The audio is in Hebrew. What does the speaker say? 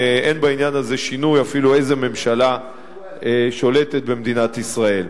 שאין בעניין הזה שינוי אפילו איזה ממשלה שולטת במדינת ישראל.